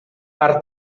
per